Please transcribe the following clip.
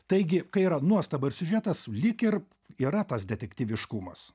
taigi kai yra nuostaba ir siužetas lyg ir yra tas detektyviškumas